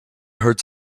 hurts